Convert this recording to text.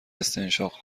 استنشاق